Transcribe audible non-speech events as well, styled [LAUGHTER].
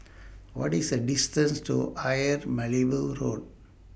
What IS The distance to Ayer [UNINTELLIGIBLE] Road